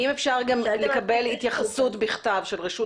התייחסות של רשות